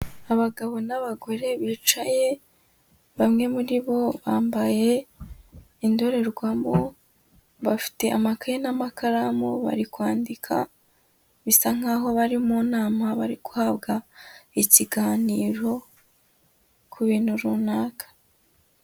Abagabo n'abagore bicaye bamwe muri bo bambaye indorerwamo, bafite amakaye n'amakaramu bari kwandika, bisa nkaho bari mu nama bari guhabwa ikiganiro ku bintu runaka.